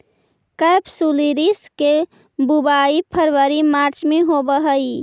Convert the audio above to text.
केपसुलरिस के बुवाई फरवरी मार्च में होवऽ हइ